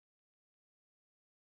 okay